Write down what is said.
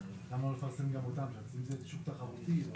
הוא